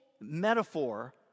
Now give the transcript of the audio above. metaphor